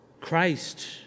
Christ